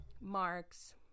marks